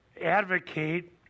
advocate